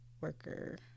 Worker